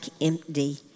empty